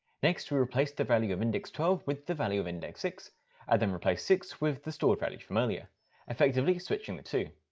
next, we replace the value of index twelve with the value of index six and then replace six with the stored values from earlier effectively switching the two.